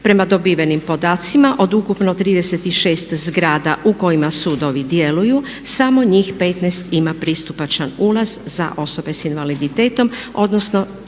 Prema dobivenim podacima od ukupno 36 zgrada u kojima sudovi djeluju samo njih 15 ima pristupačan ulaz za osobe s invaliditetom odnosno